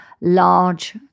large